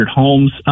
homes